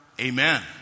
amen